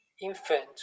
infant